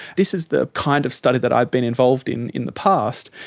this is the kind of study that i've been involved in in the past,